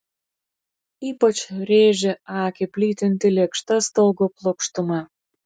ypač rėžė akį plytinti lėkšta stogo plokštuma